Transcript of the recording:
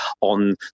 on